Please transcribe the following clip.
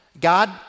God